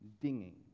dinging